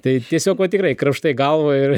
tai tiesiog va tikrai krapštai galvą ir